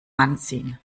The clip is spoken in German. anziehen